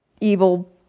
evil